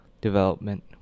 development